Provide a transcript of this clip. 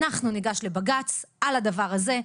אנחנו ניגש לבג"ץ על הדבר הזה.